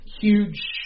huge